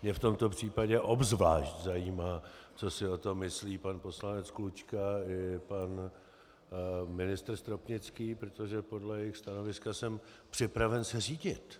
A mě v tomto případě obzvlášť zajímá, co si o tom myslí pan poslanec Klučka i pan ministr Stropnický, protože podle jejich stanoviska jsem připraven se řídit.